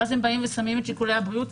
ואז הם שמים את שיקולי בריאות.